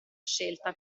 scelta